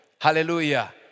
Hallelujah